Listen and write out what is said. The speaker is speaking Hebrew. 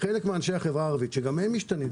חלק מאנשי החברה הערבית שגם הם משתנים,